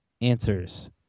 answers